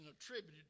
attributed